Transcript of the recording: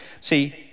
See